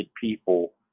people